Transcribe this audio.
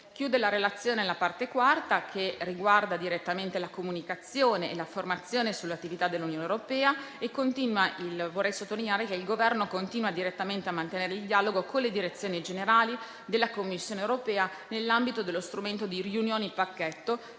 Chiude la relazione la parte quarta, che riguarda direttamente la comunicazione e la formazione sull'attività dell'Unione europea e vorrei sottolineare che il Governo continua direttamente a mantenere il dialogo con le direzioni generali della Commissione europea nell'ambito dello strumento di riunioni pacchetto